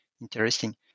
interesting